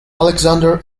alexander